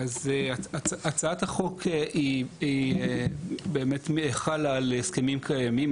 הצעת החוק היא באמת חלה על הסכמים קיימים,